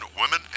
women